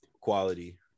quality